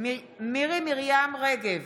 מירי מרים רגב,